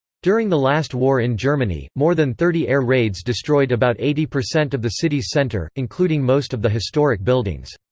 during the last war in germany, more than thirty air raids destroyed about eighty percent of the city's center, including most of the historic buildings.